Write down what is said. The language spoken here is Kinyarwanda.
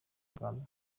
nganzo